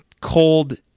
cold